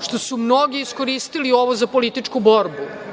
što su mnogi iskoristili ovo za političku borbu,